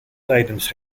tijdens